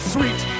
Sweet